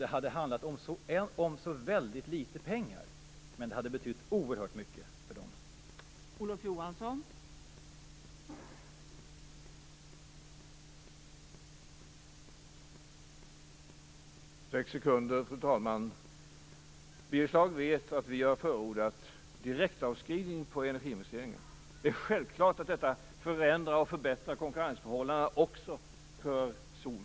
Det hade handlat om väldigt litet pengar men hade betytt oerhört mycket för dessa människor.